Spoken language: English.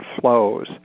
flows